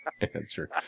answer